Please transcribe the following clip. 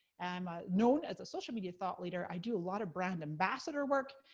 i'm known as a social media thought leader. i do a lot of brand ambassador work.